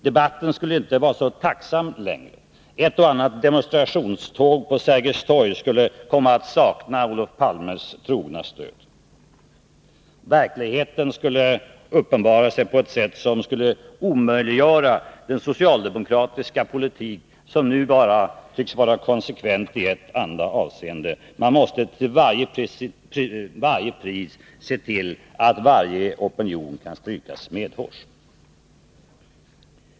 Debatten skulle inte vara så tacksam längre. Ett och annat demonstrationståg på Sergels torg skulle komma att sakna Olof Palmes trogna stöd. Verkligheten skulle uppenbara sig på ett sätt som skulle omöjliggöra den socialdemokratiska politik som nu bara tycks vara konsekvent i ett enda avseende — man måste till varje pris se till att varje opinion kan strykas medhårs.